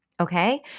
Okay